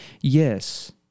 Yes